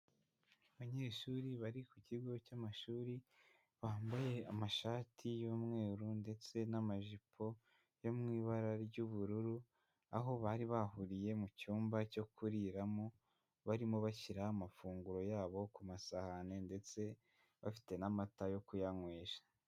Abanyeshuri bari ku kigo cy'amashuri bambaye amashati y'umweru ndetse n'amajipo yo mu ibara ry'ubururu, aho bari bahuriye mu cyumba cyo kuriramo, barimo bashyira amafunguro yabo ku masahani ndetse bafite n'amata yo kuyanywesha.